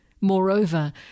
Moreover